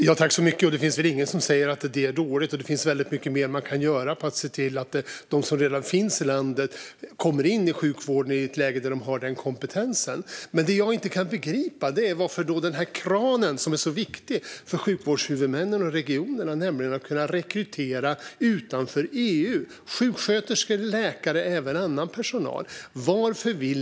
Fru talman! Det är väl ingen som säger att det är dåligt. Det finns väldigt mycket mer man kan göra för att se till att de som redan finns i landet kommer in i sjukvården i ett läge där de har den kompetensen. Men det jag inte kan begripa är varför Liberalerna och regeringen vill vrida igen den kran som är så viktig för sjukvårdshuvudmännen och regionerna, nämligen att kunna rekrytera sjuksköterskor, läkare och även annan personal utanför EU.